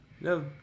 no